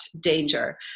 danger